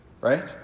right